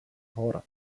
hor